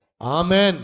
Amen